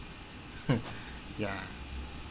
ya